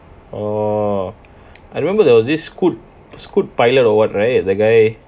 oh I remember there was this scoot scoot pilot or what right the guy